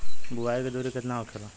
बुआई के दूरी केतना होखेला?